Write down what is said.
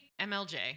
MLJ